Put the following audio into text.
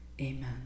amen